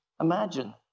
Imagine